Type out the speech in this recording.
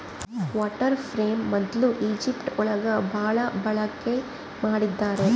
water frame ಮೊದ್ಲು Egypt ಒಳಗ ಭಾಳ ಬಳಕೆ ಮಾಡಿದ್ದಾರೆ